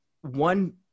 one